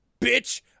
bitch